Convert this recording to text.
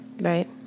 Right